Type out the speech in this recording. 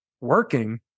working